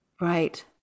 Right